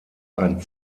ein